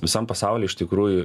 visam pasauly iš tikrųjų